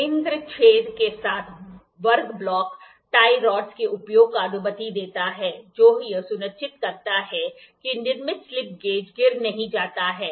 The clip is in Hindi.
केंद्र छेद के साथ वर्ग ब्लॉक टाई छड़ के उपयोग की अनुमति देता है जो यह सुनिश्चित करता है कि निर्मित स्लिप गेज गिर नहीं जाता हैं